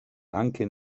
anche